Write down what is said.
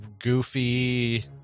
goofy